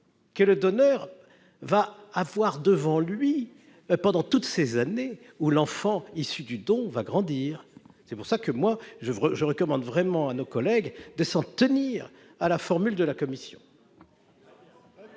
que le donneur va avoir devant lui pendant toutes les années où l'enfant issu du don va grandir. Je recommande vraiment à nos collègues de s'en tenir à la formule de la commission